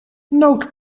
nood